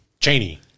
Cheney